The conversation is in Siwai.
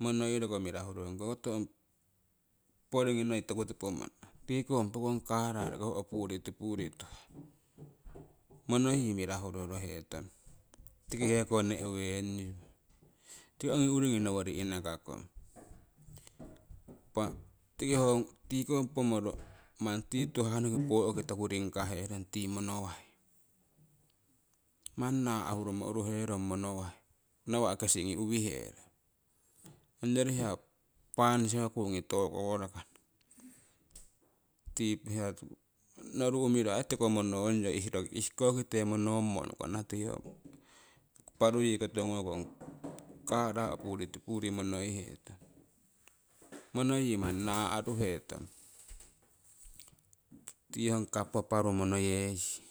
monoi roko mirahuro, ongokoto porignii noi manni tokutopo mannah tiko ho pokong colour manni ho opuritipurii tuhah. Monoiroko mirahu rorohetong tiki heko ne'wengyu tiki ongi uringii nowori inakakong. Impah ho tiiko koh pomoro manni tii tuhah noki pooki toku ring kaherong tii monowai manni naahurumo uruherong ti monowai, nawa' kesingii uwiherong tii monowai. Ongyori hiya panisiko kuungi tokoworokana tii hiya tiwori. Noru umiro aii tiko monoongyana roki ihhkokite monommo unukana tii paruyi koto ngoku ong colour yii opuritipurii monoihetong monoyee manni naahruhetong tii ong paru monnoyeyii